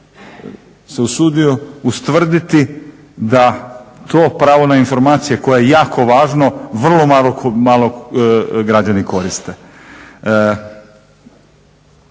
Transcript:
se usudio ustvrditi da to pravo na informacije koje je jako važno vrlo malo građani koriste.